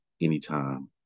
Anytime